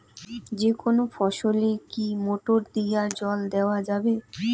যেকোনো ফসলে কি মোটর দিয়া জল দেওয়া যাবে?